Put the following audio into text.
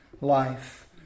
life